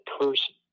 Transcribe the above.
person